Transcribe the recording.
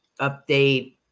update